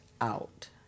out